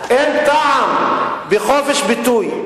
אין טעם בחופש ביטוי,